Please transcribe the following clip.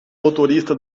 motorista